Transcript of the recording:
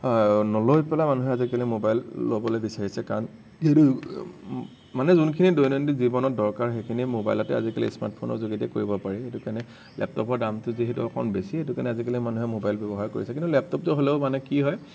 নলৈ পেলাই মানুহে আজিকালি ম'বাইল ল'বলৈ বিচাৰিছে কাৰণ এইটো মানে যোনখিনি দৈনন্দিন জীৱনত দৰকাৰ সেইখিনি মবাইলতে আজিকালি স্মাৰ্টফোনৰ যোগেদি কৰিব পাৰি সেইটো কাৰণে লেপটপৰ দামটোওঁ যিহেতু অকণমান বেছি সেইটো কাৰণে আজিকালি মানুহে মবাইল ব্যৱহাৰ কৰিছে কিন্তু লেপটপটো হ'লেও মানে কি হয়